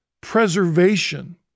preservation